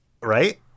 right